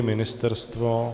Ministerstvo?